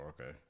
Okay